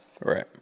Right